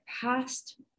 past